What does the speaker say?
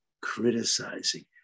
criticizing